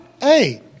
hey